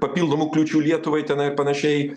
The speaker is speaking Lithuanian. papildomų kliūčių lietuvai tenai ar panašiai